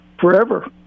forever